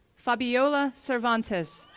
fabiola cervantes,